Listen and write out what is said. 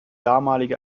damals